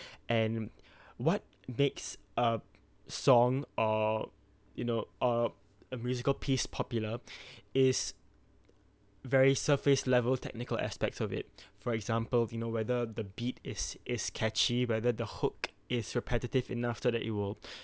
and what makes a song or you know or a musical piece popular is very surface level technical aspects of it for example you know whether the beat is is catchy whether the hook is repetitive enough so that it will